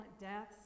deaths